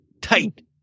Tight